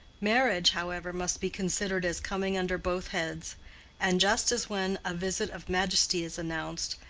marriage, however, must be considered as coming under both heads and just as when a visit of majesty is announced,